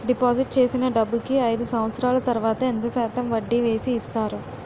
Deposit చేసిన డబ్బుకి అయిదు సంవత్సరాల తర్వాత ఎంత శాతం వడ్డీ వేసి ఇస్తారు?